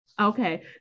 Okay